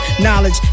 knowledge